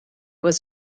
was